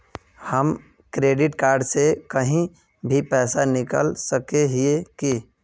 हम credit card से कहीं भी पैसा निकल सके हिये की?